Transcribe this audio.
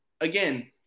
Again